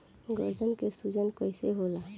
गर्दन के सूजन कईसे होला?